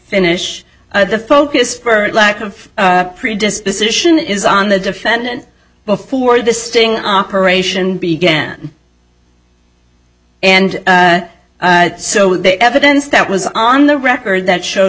finish the focus bert lack of predisposition is on the defendant before the sting operation began and so the evidence that was on the record that showed